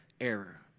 error